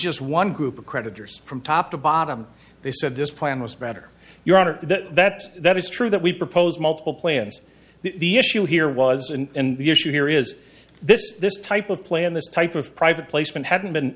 just one group of creditors from top to bottom they said this plan was better your honor that that is true that we proposed multiple plans the issue here was and the issue here is this this type of plan this type of private placement hadn't been